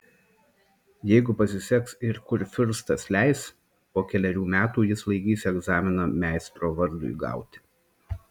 jeigu pasiseks ir kurfiurstas leis po kelerių metų jis laikys egzaminą meistro vardui gauti